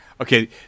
Okay